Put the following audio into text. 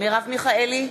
מרב מיכאלי,